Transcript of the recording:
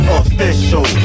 official